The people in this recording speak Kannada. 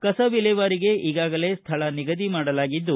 ಕಸ ವಿಲೇವಾರಿಗೆ ಈಗಾಗಲೇ ಸ್ಥಳ ನಿಗದಿ ಮಾಡಲಾಗಿದ್ದು